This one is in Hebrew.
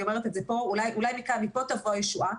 אומרת את זה פה אולי מפה תבוא הישועה,